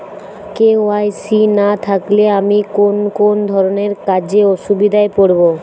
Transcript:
KYC না থাকলে আমি কোন কোন ধরনের কাজে অসুবিধায় পড়ব?